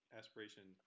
aspiration